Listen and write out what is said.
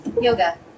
Yoga